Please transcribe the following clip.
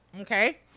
Okay